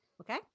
okay